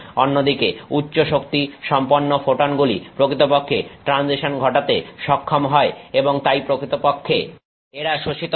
অন্যদিকে উচ্চশক্তি সম্পন্ন ফোটনগুলি প্রকৃতপক্ষে ট্রানজিশন ঘটাতে সক্ষম হয় এবং তাই প্রকৃতপক্ষে এরা শোষিত হয়